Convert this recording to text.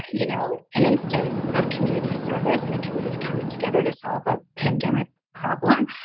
you know, an instance of community service and a community coming together to solve a pandemic problem.